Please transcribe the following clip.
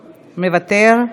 מוותר,